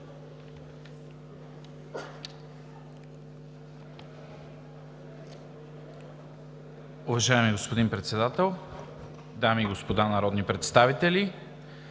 Уважаеми господин Председател, дами и господа народни представители!